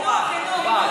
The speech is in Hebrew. חינוך.